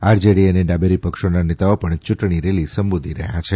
RJD અને ડાબેરી પક્ષોના નેતાઓ પણ યુંટણી રેલી સંબોધી રહયાં છે